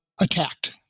attacked